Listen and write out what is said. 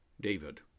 David